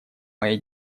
моей